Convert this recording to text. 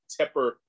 Tepper